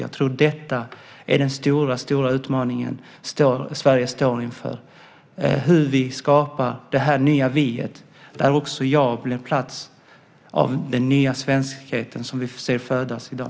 Jag tror att detta är den stora utmaning som Sverige står inför, hur vi skapar detta nya vi, där också jag blir en del av den nya svenskhet som vi ser födas i dag.